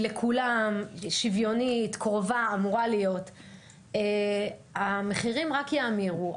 שוויונית לכולם וקרובה המחירים רק יאמירו,